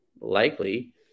Likely